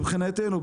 מבחינתנו,